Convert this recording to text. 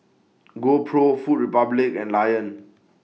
GoPro Food Republic and Lion